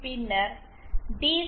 பின்னர் டி